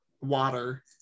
water